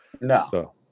No